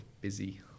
busy